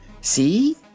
See